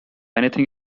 anything